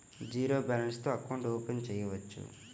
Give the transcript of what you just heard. Zero balance తో account open చేయవచ్చు?